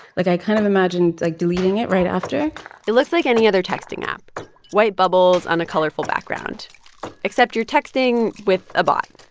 like, i kind of imagined, like, deleting it right after it looks like any other texting app white bubbles on a colorful background except your texting with a bot.